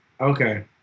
okay